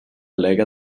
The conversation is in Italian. lega